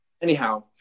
anyhow